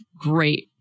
great